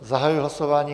Zahajuji hlasování.